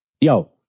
Yo